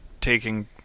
taking